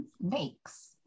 makes